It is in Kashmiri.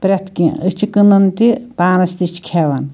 پرٛیٚتھ کیٚنٛہہ أسۍ چھِ کٕنان تہِ پانَس تہِ چھِ کھیٚوان